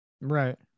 Right